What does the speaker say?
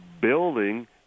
Building